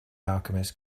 alchemist